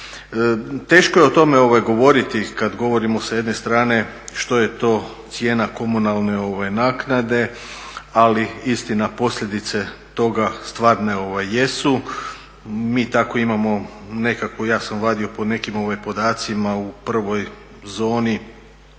Teško je o tome govoriti kad govorimo sa jedne strane što je to cijena komunalne naknade, ali istina posljedice toga stvarne jesu. Mi tako imamo nekakvu, ja sam vadio po nekim podacima u prvoj zoni